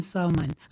Salman